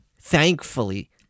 thankfully